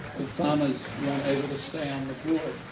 the farmers weren't able to stay on the board.